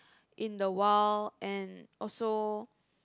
in the wild and also